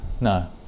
No